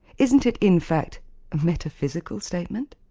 isn't it, in fact, a metaphysical statement?